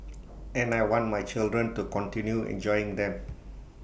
and I want my children to continue enjoying them